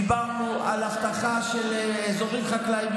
דיברנו על אבטחה של אזורים חקלאיים,